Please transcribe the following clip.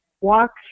walk